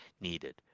needed